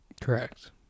Correct